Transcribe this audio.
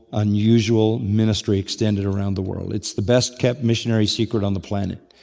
unusual ministry extended around the world. it's the best kept missionary secret on the planet.